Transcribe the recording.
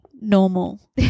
normal